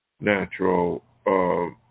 natural